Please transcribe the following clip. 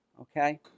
okay